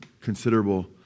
considerable